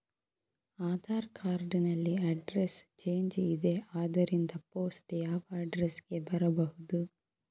Aadhaar card ನಲ್ಲಿ address change ಇದೆ ಆದ್ದರಿಂದ ಪೋಸ್ಟ್ ಯಾವ ಅಡ್ರೆಸ್ ಗೆ ಬರಬಹುದು?